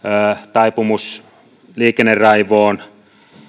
taipumus liikenneraivoon ja